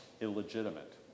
illegitimate